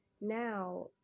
Now